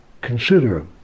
Consider